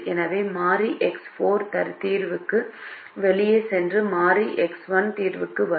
எனவே மாறி எக்ஸ் 4 தீர்வுக்கு வெளியே சென்று மாறி எக்ஸ் 1 தீர்வுக்கு வரும்